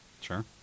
Sure